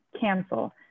cancel